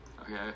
Okay